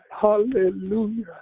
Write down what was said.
Hallelujah